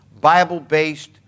Bible-based